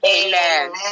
Amen